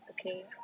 okay